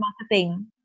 marketing